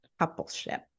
Coupleship